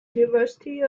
university